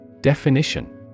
Definition